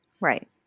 Right